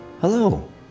hello